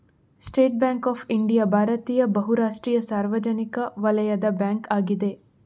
state Bank of India ಭಾರತೀಯ ಬಹು ರಾಷ್ಟ್ರೀಯ ಸಾರ್ವಜನಿಕ ವಲಯದ ಬ್ಯಾಂಕ್ ಅಗಿದೆ